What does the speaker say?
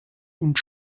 und